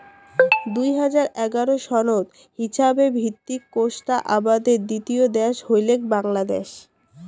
দুই হাজার এগারো সনত হিছাবে ভিত্তিক কোষ্টা আবাদের দ্বিতীয় দ্যাশ হইলেক বাংলাদ্যাশ